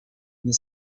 the